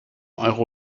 euro